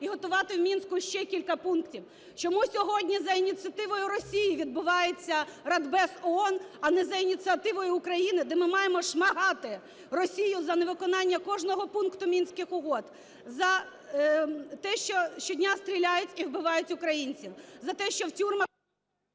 і готувати в Мінську ще кілька пунктів! Чому сьогодні за ініціативою Росії відбувається Радбез ООН, а не за ініціативою України, де ми маємо шмагати Росію за невиконання кожного пункту Мінських угод, за те, що щодня стріляють і вбивають українців, за те, що в тюрмах…